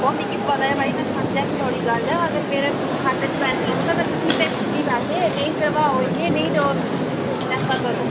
ओह् मिगी पता ऐ भाई में समझा निं थुआढ़ी गल्ल अगर मेरे खाते च पैसे औन ते में तुसें ई भेज्जी ओड़नी पैसे नेईं घबराओ इन्ने नेईं चैंता करो